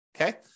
Okay